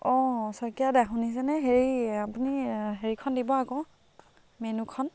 অ' শইকীয়া দা শুনিছেনে হেৰি আপুনি হেৰিখন দিব আকৌ মেনুখন